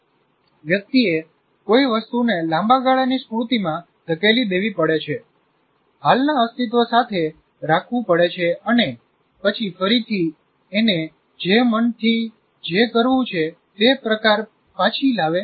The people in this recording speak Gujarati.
વ્યક્તિએ કોઈ વસ્તુને લાંબા ગાળાની સ્મૃતિમાં ધકેલી દેવી પડે છે હાલના અસ્તિત્વ સાથે રાખવું પડે છે અને પછી ફરીથી એનેજે મનથી જે કરવું છે તે પ્રકાર પાછી લાવે છે